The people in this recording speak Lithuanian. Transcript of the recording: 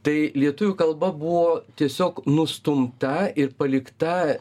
tai lietuvių kalba buvo tiesiog nustumta ir palikta